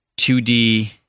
2D